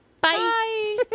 bye